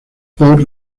por